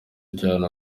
ujyanwa